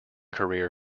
career